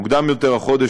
מוקדם יותר החודש,